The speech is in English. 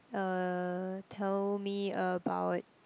uh tell me about it